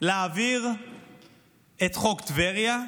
להעביר את חוק טבריה,